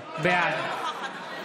ההצבעה תהיה שמית.